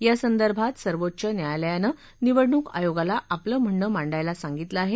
या संदर्भात सर्वोच्च न्यायालयानं निवडणूक आयोगाला आपलं म्हणणं मांडायला सांगितलं आहे